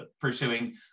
pursuing